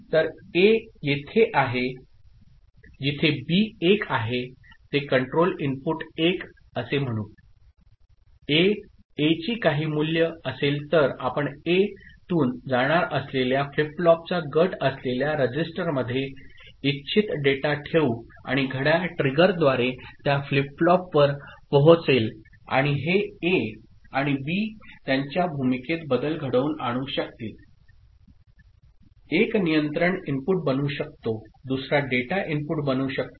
तर ए येथे आहे जिथे बी 1 आहे ते कंट्रोल इनपुट 1 असे म्हणू ए ए ची काही मूल्य असेल तर आपण ए तून जाणार असलेल्या फ्लिप फ्लॉपचा गट असलेल्या रजिस्टरमध्ये इच्छित डेटा ठेवू आणि घड्याळ ट्रिगरद्वारे त्या फ्लिप फ्लॉपवर पोहोचेल आणि हे ए आणि बी त्यांच्या भूमिकेत बदल घडवून आणू शकतील एक नियंत्रण इनपुट बनू शकतो दुसरा डेटा इनपुट बनू शकतो